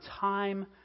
time